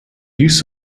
use